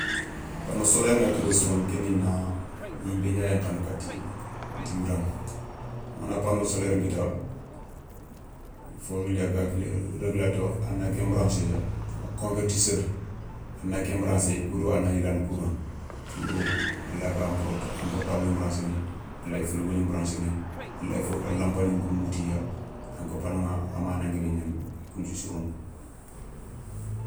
Panneau solaire nga kébé sirono ké ni na yinbé gna yankhandi katti dinguiraηa angana panneau solairi nkitta fo yani i ga tini reglateur a na ken branssé ya convertisseur a na ken branssé kou do a na yilandi courant kou do a laga an portable branché néye. a layi frigo ni nbranché néye. a laye fo lampa ni nkoumou tiya, donc panneauηa amana nguébé gnani ay kounthiou sirono.